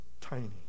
tiny